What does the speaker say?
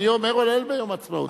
אני אומר "הלל" ביום העצמאות.